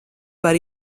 par